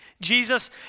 Jesus